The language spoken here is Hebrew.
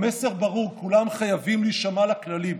המסר ברור: כולם חייבים להישמע לכללים,